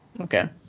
Okay